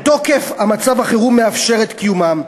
ותוקף מצב החירום מאפשר את קיומם.